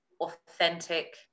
authentic